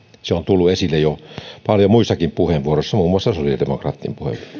se on tullut paljon esille jo muissakin puheenvuoroissa muun muassa sosiaalidemokraattien